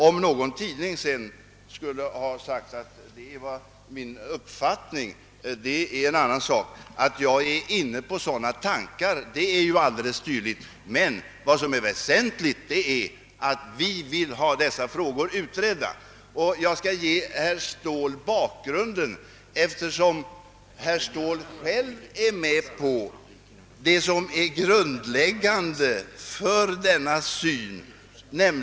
Om någon tidning sedan påstått att det är min uppfattning, är det en annan sak. Att jag är inne på sådana tankar är alldeles tydligt, men vad som är väsentligt är att vi vill ha dessa frågor utredda. Jag skall ge herr Ståhl bakgrunden eftersom han själv är med på det som är grundläggande för denna syn.